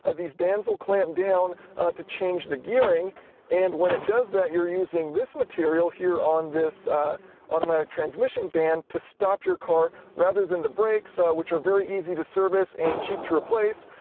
ah these bands will clamp down to change the gearing and when it does that, you're using this material here on this automatic transmission band to stop your car, rather than the brakes, which are easy to service and cheap to replace.